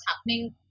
happening